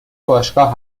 باشگاه